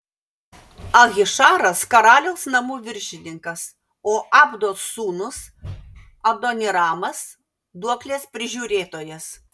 ahišaras karaliaus namų viršininkas o abdos sūnus adoniramas duoklės prižiūrėtojas